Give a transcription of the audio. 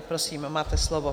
Prosím, máte slovo.